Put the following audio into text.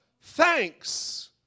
thanks